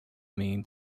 mean